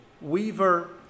weaver